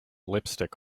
lipstick